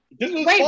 wait